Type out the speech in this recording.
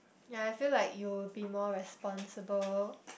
ya I feel like you will be more responsible